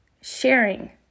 sharing